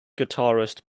guitarist